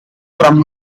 from